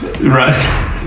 Right